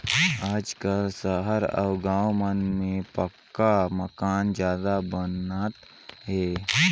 आजकाल सहर अउ गाँव मन में पक्का मकान जादा बनात हे